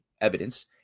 evidence